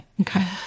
Okay